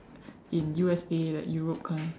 in U_S_A like Europe kind